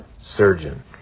surgeon